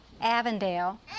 Avondale